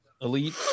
elite